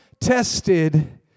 tested